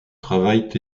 travaillent